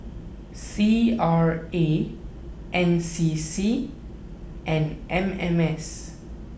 C R A N C C and M M S